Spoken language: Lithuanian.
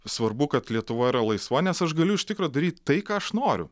svarbu kad lietuva yra laisva nes aš galiu iš tikro daryt tai ką aš noriu